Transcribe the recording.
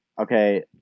okay